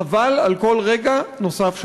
חבל על כל רגע נוסף שעובר.